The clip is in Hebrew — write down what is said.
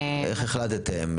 איך החלטתם?